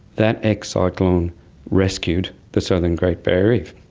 that ex-cyclone rescued the southern great barrier reef.